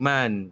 Man